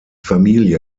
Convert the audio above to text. familie